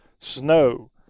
snow